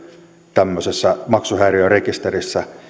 tämmöisessä maksuhäiriörekisterissä